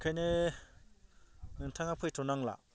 ओंखायनो नोंथाङा फैथ'नांला